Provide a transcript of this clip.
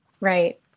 right